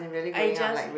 I just